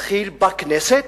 התחיל בכנסת,